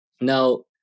Now